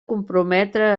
comprometre